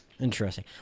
interesting